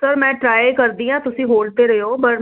sir ਮੈਂ try ਕਰਦੀ ਆਂ ਤੁਸੀਂ ਹੋਲਡ ਤੇ ਰਹਿਓ ਮੈਂ